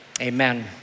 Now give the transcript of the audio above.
Amen